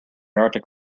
arctic